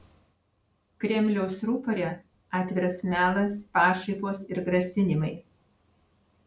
kremliaus rupore atviras melas pašaipos ir grasinimai